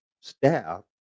staff